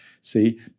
See